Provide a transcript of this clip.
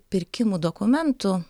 pirkimų dokumentų